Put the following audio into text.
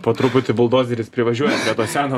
po truputį buldozeris privažiuoja prie to seno